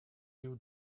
you